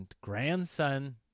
grandson